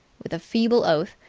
with a feeble oath,